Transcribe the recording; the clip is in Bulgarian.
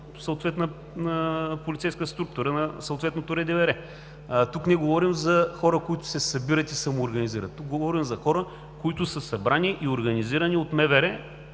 съответна полицейска структура, на съответното РДВР. Тук не говорим за хора, които се събират и се самоорганизират. Тук говорим за хора, които са събрани и организирани от МВР